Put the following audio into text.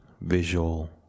visual